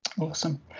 Awesome